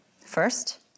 First